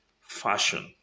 Fashion